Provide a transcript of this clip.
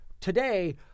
today